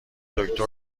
دکتر